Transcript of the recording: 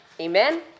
Amen